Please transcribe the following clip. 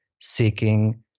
seeking